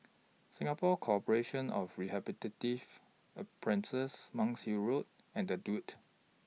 Singapore Corporation of Rehabilitative A Princess Monk's Hill Road and The Duke